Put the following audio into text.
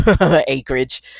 acreage